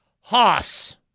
Hoss